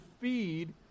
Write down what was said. feed